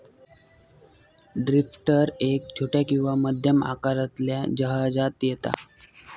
drifter एक छोट्या किंवा मध्यम आकारातल्या जहाजांत येता